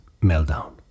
meltdown